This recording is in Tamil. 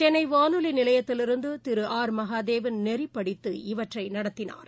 சென்னை வானொலி நிலையத்திலிருந்து திரு ஆர் மகாதேவள் நெறிப்படுத்தி இவற்றை நடத்தினார்